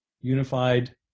unified